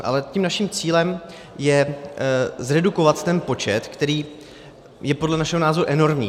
Ale naším cílem je zredukovat ten počet, který je podle našeho názoru enormní.